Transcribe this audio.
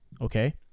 okay